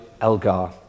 Elgar